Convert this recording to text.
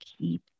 keep